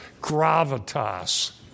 gravitas